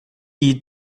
eat